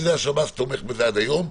שהשב"ס תומך בזה עד היום.